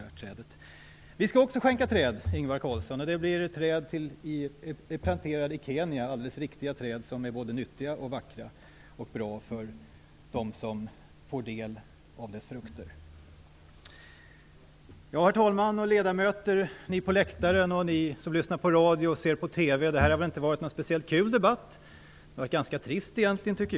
Också vi skall skänka träd, Ingvar Carlsson, för plantering i Kenya - alldeles riktiga träd, som blir både nyttiga, vackra och bra för dem som får del av deras frukter. Herr talman, ledamöter, ni på läktaren och ni som lyssnar på radio och ser på tv! Det här har inte varit någon speciellt kul debatt. Jag tycker egentligen att den har varit ganska trist.